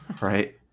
Right